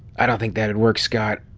i don't think that'd work, scott.